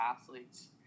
athletes